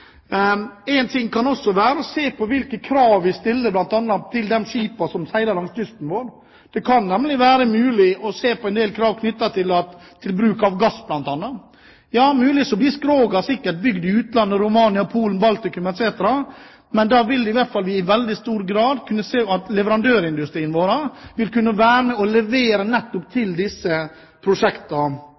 En ting kan også være å se på hvilke krav vi stiller bl.a. til de skipene som seiler langs kysten vår. Det kan nemlig være mulig å se på en del krav knyttet til bruk av bl.a. gass. Muligens blir skrogene bygd i utlandet – Romania, Polen, Baltikum etc. – men da vil man i hvert fall i veldig stor grad kunne se at leverandørindustrien vår vil kunne være med på å levere nettopp til disse prosjektene.